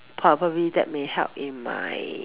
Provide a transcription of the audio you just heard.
probably that may help in my